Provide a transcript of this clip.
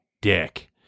dick